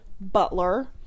Butler